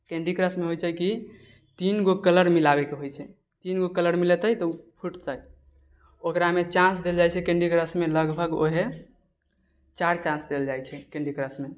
candy क्रशमे होइ छै कि तीनगो कलर मिलाबैके होइ छै तीनगो कलर मिलेतै तऽ ओ फुटतै ओकरामे चान्स देल जाइ छै लगभग ओहे चारि चान्स देल जाइ छै कैन्डी क्रशमे